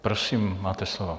Prosím, máte slovo.